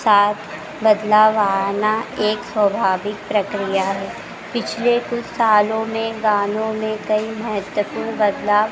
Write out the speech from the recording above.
साथ बदलाव आना एक स्वाभिक प्रक्रिया है पिछले कुछ सालों में गानों में कई महत्वपूर्ण बदलाव